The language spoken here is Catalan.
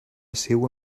seua